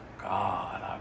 God